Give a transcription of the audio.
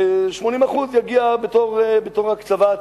80% יגיעו בתור הקצבה עתידית.